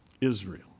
Israel